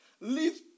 live